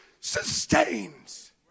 sustains